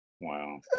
Wow